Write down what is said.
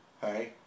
Hi